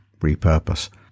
repurpose